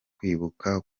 kwibuka